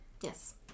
Yes